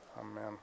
Amen